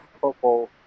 football